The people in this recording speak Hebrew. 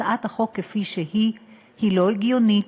הצעת החוק כפי שהיא היא לא הגיונית.